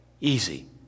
easy